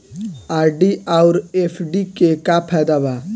RD आउर FD के का फायदा बा?